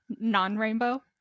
non-rainbow